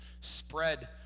Spread